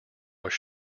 was